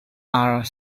are